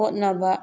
ꯍꯣꯠꯅꯕ